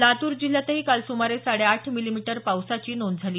लातूर जिल्ह्यातही काल सुमारे साडे आठ मिलीमीटर पावसाची नोंद झाली